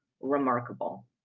remarkable